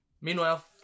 meanwhile